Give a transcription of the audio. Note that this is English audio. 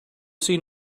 seen